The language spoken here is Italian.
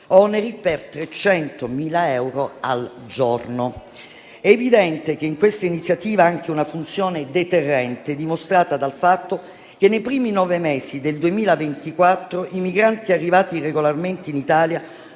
oneri per 300.000 euro al giorno. È evidente che questa iniziativa ha anche una funzione deterrente, dimostrata dal fatto che nei primi nove mesi del 2024 i migranti arrivati irregolarmente in Italia